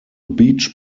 beach